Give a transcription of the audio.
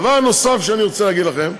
דבר נוסף שאני רוצה להגיד לכם,